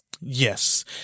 Yes